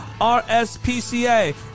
RSPCA